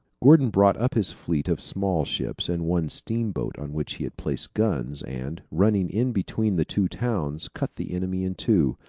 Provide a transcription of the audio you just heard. gordon brought up his fleet of small ships and one steamboat on which he had placed guns, and, running in between the two towns, cut the enemy in two,